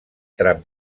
tram